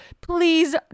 please